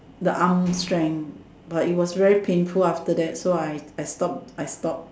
the arm strength but it was very painful after that so I I stop I stop